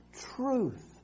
truth